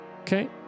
Okay